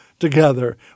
together